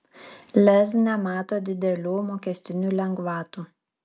lez nemato didelių mokestinių lengvatų